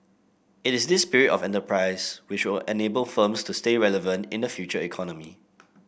it is this spirit of enterprise which will enable firms to stay relevant in the Future Economy